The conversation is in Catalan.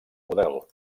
model